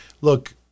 look